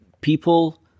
people